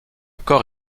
corps